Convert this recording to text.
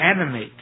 animate